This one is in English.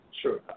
Sure